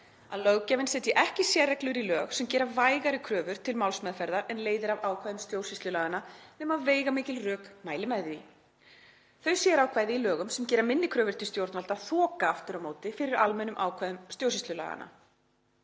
að löggjafinn setji ekki sérreglur í lög sem gera vægari kröfur til málsmeðferðar en leiðir af ákvæðum stjórnsýslulaganna nema veigamikil rök mæli með því. […] Þau sérákvæði í lögum sem gera minni kröfur til stjórnvalda þoka aftur á móti fyrir almennu ákvæðum stjórnsýslulaganna.